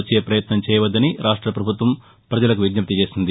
వచ్చే పయత్నం చేయవద్దని రాష్ట పభుత్వం పజలకు విజ్ఞప్తి చేసింది